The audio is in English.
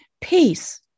Peace